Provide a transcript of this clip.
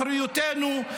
אחריותנו,